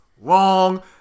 Wrong